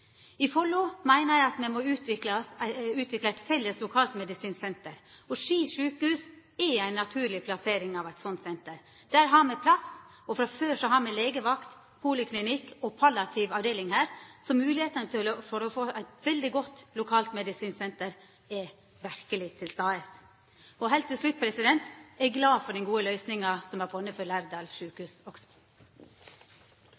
I Follo meiner eg at me må utvikla eit felles lokalt medisinsk senter. Ski sjukehus er ei naturleg plassering av eit sånt senter. Der har me plass, og frå før har me legevakt, poliklinikk og palliativ avdeling der, så moglegheitene for å få eit veldig godt lokalt medisinsk senter er verkeleg til stades. Heilt til slutt: Eg er òg glad for den gode løysinga som me har funne for Lærdal